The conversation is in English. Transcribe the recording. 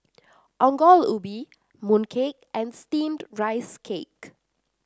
Ongol Ubi Mooncake and steamed Rice Cake